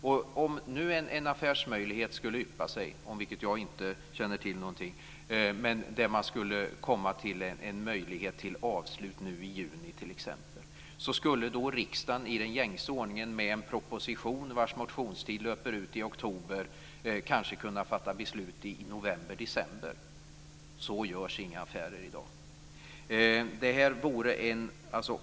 Om nu en affärsmöjlighet skulle yppa sig - om vilket jag inte känner till någonting - där man skulle få möjlighet till avslut nu i juni t.ex., så skulle riksdagen i den gängse ordningen med en proposition vars motionstid löper ut i oktober kanske kunna fatta beslut i november eller december. Så görs inga affärer i dag.